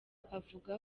avuga